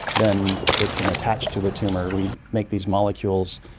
then it can attach to the tumour. we make these molecules.